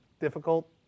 difficult